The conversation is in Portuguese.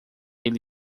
ele